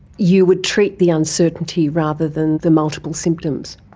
you would treat the uncertainty rather than the multiple symptoms?